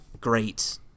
great